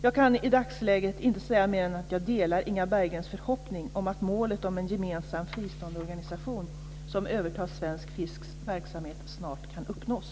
Jag kan i dagsläget inte säga mer än att jag delar Inga Berggrens förhoppning om att målet om en gemensam fristående organisation som övertar Svensk Fisks verksamhet snart kan uppnås.